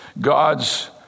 God's